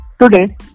Today